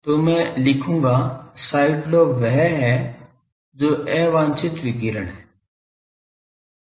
तो मैं लिखूंगा साइड लोब वह है जो अवांछित विकिरण है